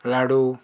लाडू